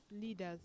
leaders